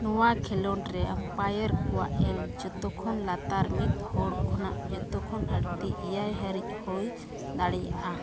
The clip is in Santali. ᱱᱚᱣᱟ ᱠᱷᱮᱞᱳᱸᱰ ᱨᱮ ᱟᱢᱯᱟᱭᱟᱨ ᱠᱚᱣᱟᱜ ᱮᱞ ᱡᱷᱚᱛᱚ ᱠᱷᱚᱱ ᱞᱟᱛᱟᱨ ᱢᱤᱫ ᱦᱚᱲ ᱠᱷᱚᱱᱟᱜ ᱡᱚᱛᱚ ᱠᱷᱚᱱᱟᱜ ᱟᱹᱲᱛᱤ ᱮᱭᱟᱭ ᱦᱟᱹᱨᱤᱡ ᱦᱩᱭ ᱫᱟᱲᱮᱭᱟᱜᱼᱟ